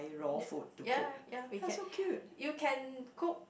y~ ya ya we can you can cook